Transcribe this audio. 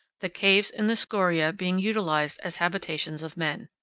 the caves in the scoria being utilized as habitations of men.